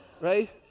right